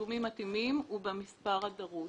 פיגומים מתאימים ובמספר הדרוש.